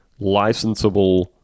licensable